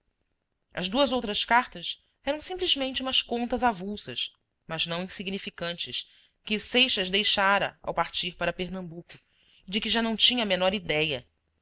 as duas outras cartas eram simplesmente umas contas avulsas mas não insignificantes que seixas deixara ao partir para pernambuco e de que já não tinha a menor idéia